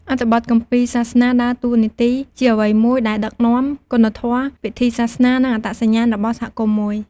អត្ថបទគម្ពីរសាសនាដើរតួនាទីជាអ្វីមួយដែលដឹកនាំ គុណធម៌ ពិធីសាសនា និងអត្តសញ្ញាណរបស់សហគមន៍មួយ។